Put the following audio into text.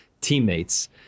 teammates